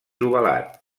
ovalat